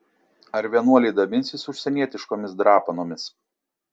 ar vienuoliai dabinsis užsienietiškomis drapanomis